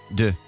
de